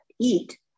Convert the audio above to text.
eat